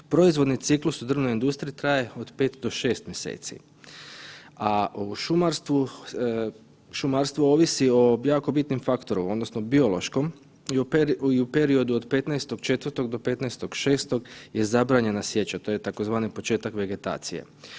Proizvodni ciklus u drvnoj industriji traje od 5 do 6 mjeseci, a u šumarstvu, šumarstvo ovisi o jako bitnim faktoru, odnosno o biološkom i u periodu od 15.4. do 15.6. je zabranjena sječa, to je tzv. početak vegetacije.